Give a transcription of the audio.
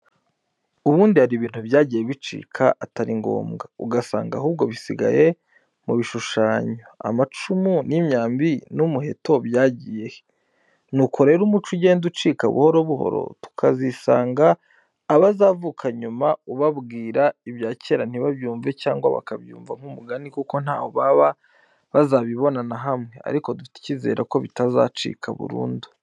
Ubundi hari ibintu byagiye bicika atari ngombwa. Ugasanga ahubwo bisigaye mu bishushanyo, amacumu n'imyambi n'umuheto byagiye he? Nuko rero umuco ugenda ucika buhoro buhoro, tukazisanga abazavuka nyuma ubabwira ibyakera ntibabyumve cyangwa bakabyumva nk'umugani kuko ntaho baba bazabibona na hamwe, ariko dufite icyizere ko bitacika burundu.